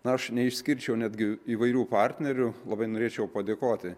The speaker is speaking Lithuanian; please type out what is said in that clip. aš neišskirčiau netgi įvairių partnerių labai norėčiau padėkoti